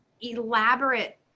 elaborate